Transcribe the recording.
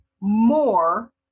more